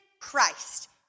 Christ